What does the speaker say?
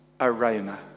aroma